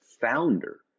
founder